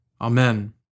Amen